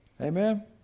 Amen